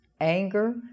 anger